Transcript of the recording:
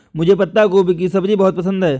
मुझे पत्ता गोभी की सब्जी बहुत पसंद है